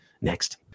Next